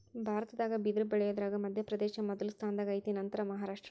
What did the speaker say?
ಭಾರತದಾಗ ಬಿದರ ಬಳಿಯುದರಾಗ ಮಧ್ಯಪ್ರದೇಶ ಮೊದಲ ಸ್ಥಾನದಾಗ ಐತಿ ನಂತರಾ ಮಹಾರಾಷ್ಟ್ರ